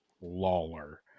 Lawler